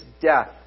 death